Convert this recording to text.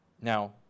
Now